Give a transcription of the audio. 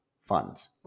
funds